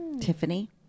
Tiffany